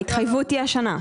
ההתחייבות תהיה השנה.